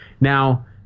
Now